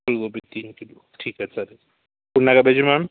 फूल गोबी तीन किलो ठीक आहे चालेल पुन्हा काही पाहिजे मॅम